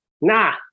Nah